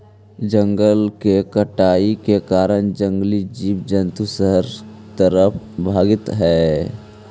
जंगल के कटाई के कारण जंगली जीव जंतु शहर तरफ भागित हइ